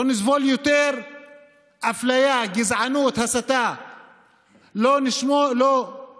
לא נסבול יותר אפליה, גזענות, הסתה, לא נסבול